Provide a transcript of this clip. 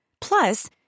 Plus